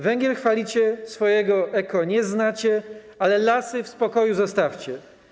Węgiel chwalicie, swojego eko nie znacie, ale lasy w spokoju zostawcie.